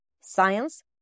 science